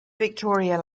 victoria